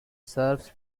serves